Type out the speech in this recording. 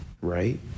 right